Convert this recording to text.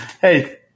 Hey